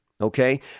okay